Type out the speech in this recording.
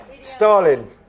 Stalin